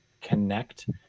connect